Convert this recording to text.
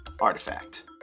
Artifact